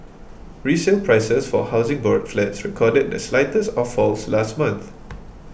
resale prices for Housing Board flats recorded the slightest of falls last month